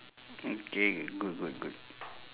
okay good good good